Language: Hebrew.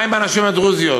מה עם הנשים הדרוזיות?